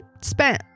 spent